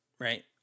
Right